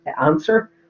answer